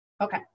Okay